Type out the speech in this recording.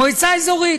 שמועצה אזורית